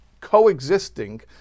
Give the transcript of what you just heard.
coexisting